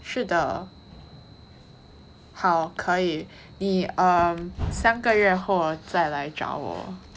是的好可以你 um 三个月后再来找我